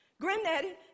Granddaddy